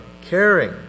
caring